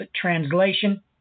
translation